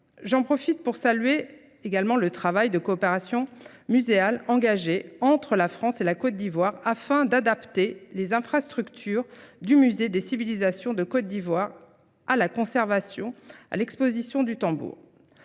J'en profite pour saluer également le travail de coopération muséale engagé entre la France et la Côte d'Ivoire afin d'adapter les infrastructures du Musée des civilisations de Côte d'Ivoire à la conservation, à l'exposition du tambour.